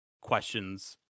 questions